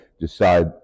decide